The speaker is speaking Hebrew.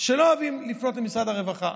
שלא אוהבות לפנות למשרד הרווחה,